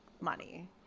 money